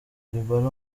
dybala